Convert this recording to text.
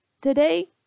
today